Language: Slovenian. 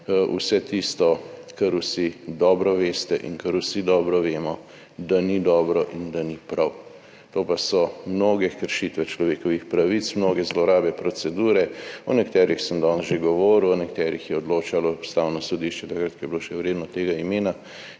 vse tisto, kar vsi dobro veste in kar vsi dobro vemo, da ni dobro in da ni prav. To so mnoge kršitve človekovih pravic, mnoge zlorabe procedure, o nekaterih sem danes že govoril, o nekaterih je odločalo Ustavno sodišče takrat, ko je bilo še vredno tega imena,